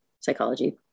psychology